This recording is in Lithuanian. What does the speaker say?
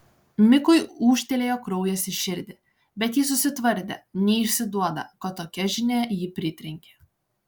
mikui ūžtelėjo kraujas į širdį bet jis susitvardė neišsiduoda kad tokia žinia jį pritrenkė